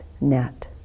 net